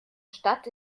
stadt